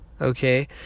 Okay